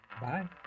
Bye